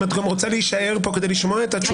אם את גם רוצה להישאר פה כדי לשמוע את התשובה,